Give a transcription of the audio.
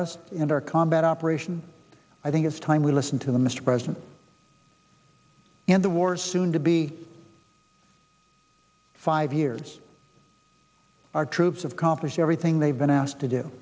us and our combat operation i think it's time we listen to the mr president and the war soon to be five years our troops of complex everything they've been asked to do